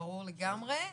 ברור לגמרי,